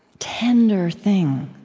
tender thing,